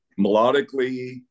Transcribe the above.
melodically